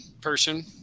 person